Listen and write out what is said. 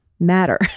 matter